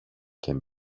can